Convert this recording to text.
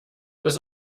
dass